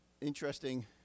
Interesting